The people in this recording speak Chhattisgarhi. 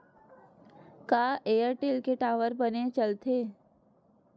का एयरटेल के टावर बने चलथे?